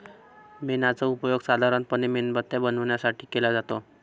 मेणाचा उपयोग साधारणपणे मेणबत्त्या बनवण्यासाठी केला जातो